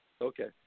Okay